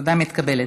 התודה מתקבלת.